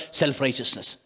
self-righteousness